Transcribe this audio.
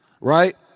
Right